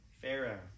Pharaoh